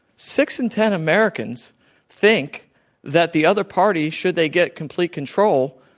six in ten americans think that the other party, should they get complete control,